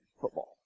football